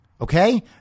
okay